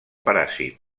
paràsit